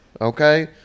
okay